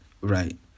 Right